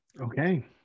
Okay